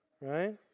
right